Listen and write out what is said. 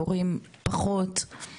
הורים פחות.